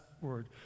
word